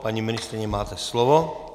Paní ministryně, máte slovo.